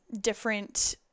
different